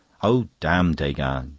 oh, damn degas!